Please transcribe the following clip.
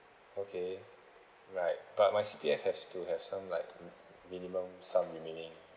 okay right but my C_P_F have still have some like minimum sum remaining